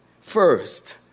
first